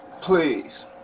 Please